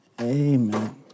Amen